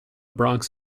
bronx